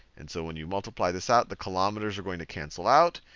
and so when you multiply this out the kilometers are going to cancel out.